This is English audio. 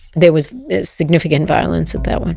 there was significant violence at that one.